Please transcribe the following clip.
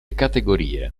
categorie